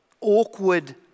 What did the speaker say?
awkward